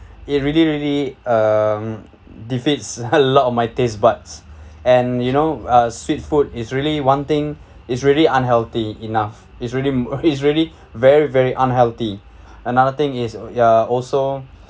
it really really um defeats a lot of my taste buds and you know uh sweet food is really one thing is really unhealthy enough it's really it's really very very unhealthy another thing is uh also